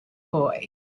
boy